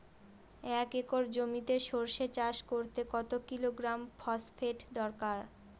এক একর জমিতে সরষে চাষ করতে কত কিলোগ্রাম ফসফেট দরকার?